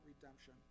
redemption